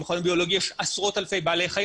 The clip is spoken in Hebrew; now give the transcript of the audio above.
במכון הביולוגי יש עשרות אלפי בעלי חיים,